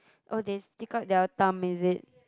or they stick out their thumb is it